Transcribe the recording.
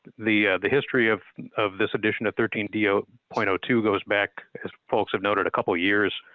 the the history of of this edition of thirteen point two goes back as folks have noted a couple years.